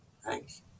Thanks